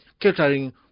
catering